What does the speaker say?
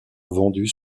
vendues